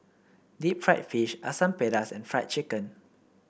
Deep Fried Fish Asam Pedas and Fried Chicken